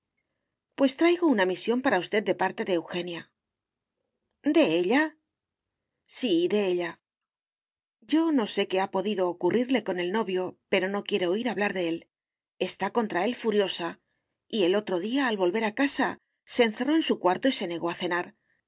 pues traigo una misión para usted de parte de eugenia de ella sí de ella yo no sé qué ha podido ocurrirle con el novio pero no quiere oir hablar de él está contra él furiosa y el otro día al volver a casa se encerró en su cuarto y se negó a cenar